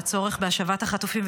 והצורך בהשבת החטופים.